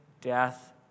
death